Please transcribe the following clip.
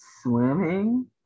swimming